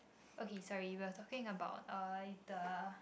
okay sorry we're talking about uh the